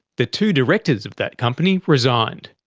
the two directors of that company resigned.